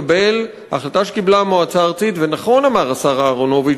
ההחלטה שקיבלה המועצה הארצית ונכון אמר השר אהרונוביץ